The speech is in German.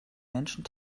menschen